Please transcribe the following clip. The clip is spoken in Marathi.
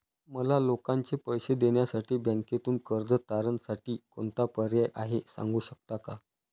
मला लोकांचे पैसे देण्यासाठी बँकेतून कर्ज तारणसाठी कोणता पर्याय आहे? सांगू शकता का?